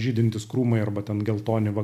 žydintys krūmai arba ten geltoni va